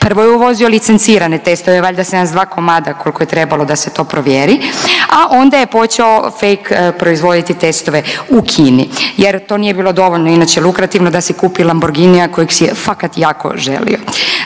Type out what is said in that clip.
Prvo je uvozio licencirane testove valjda 72 komada koliko je trebalo da se to provjeri, a onda je počeo fake proizvoditi testove u Kini jer to nije bilo dovoljno inače lukrativno da si kupi Lamboghinia kojeg si je fakat jako želio.